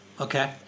okay